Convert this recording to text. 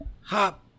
hop